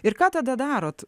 ir ką tada darot